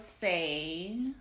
say